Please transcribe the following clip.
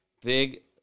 big